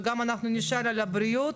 וגם נשאל על הבריאות,